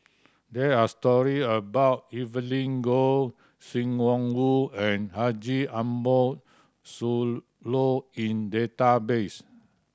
there are story about Evelyn Goh Sim Wong Hoo and Haji Ambo Sooloh in database